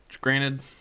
Granted